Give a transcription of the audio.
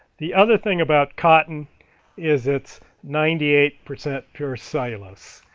the other thing about cotton is it's ninety eight percent pure cellulose.